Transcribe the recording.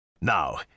Now